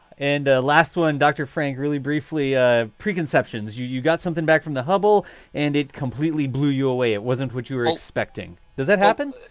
and last one, dr. frank, really briefly, ah preconceptions, you you got something back from the hubble and it completely blew you away. it wasn't what you were expecting. does that happen?